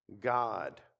God